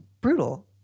brutal